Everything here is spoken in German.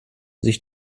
sich